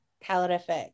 calorific